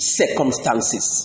circumstances